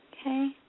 okay